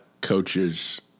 coaches